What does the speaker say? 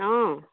অঁ